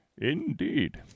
Indeed